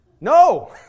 No